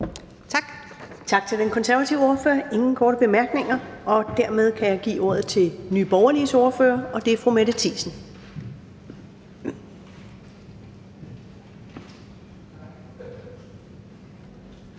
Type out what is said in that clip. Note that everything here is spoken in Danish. Tak til den konservative ordfører. Der er ingen korte bemærkninger, og dermed kan jeg give ordet til Nye Borgerliges ordfører, og det er fru Mette Thiesen.